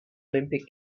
olympic